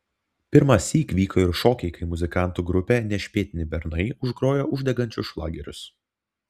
pirmąsyk vyko ir šokiai kai muzikantų grupė nešpėtni bernai užgrojo uždegančius šlagerius